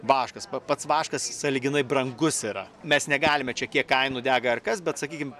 vaškas pats vaškas sąlyginai brangus yra mes negalime čia kiek kainų dega ar kas bet sakykim